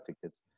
tickets